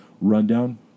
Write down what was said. Rundown